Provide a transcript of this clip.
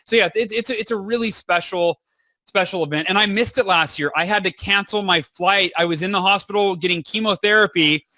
yeah, it's it's a really special special event and i missed it last year. i had to cancel my flight. i was in the hospital getting chemotherapy,